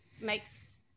makes